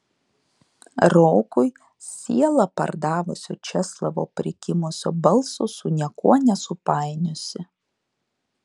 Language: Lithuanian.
rokui sielą pardavusio česlovo prikimusio balso su niekuo nesupainiosi